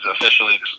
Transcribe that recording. officially